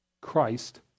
Christ